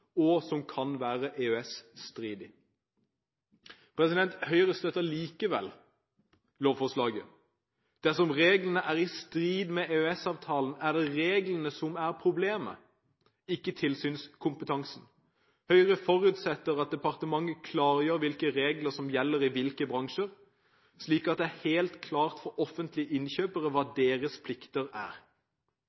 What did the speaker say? og som kan være EØS-stridig. Høyre støtter likevel lovforslaget. Dersom reglene er i strid med EØS-avtalen, er det reglene som er problemet, ikke tilsynskompetansen. Høyre forutsetter at departementet klargjør hvilke regler som gjelder i hvilke bransjer, slik at det er helt klart for offentlige innkjøpere hva deres plikter er.